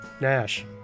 Nash